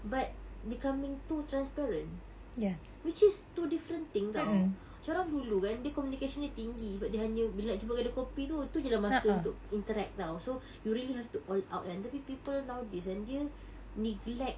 but becoming too transparent which is two different thing [tau] macam orang dulu kan dia communication nya tinggi sebab dia hanya bila nak jumpa kedai kopi tu tu jer lah masa untuk interact [tau] so you really have to all out kan tapi people nowadays kan dia neglect